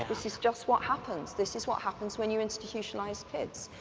this is just what happens, this is what happens when you institutionalize kids.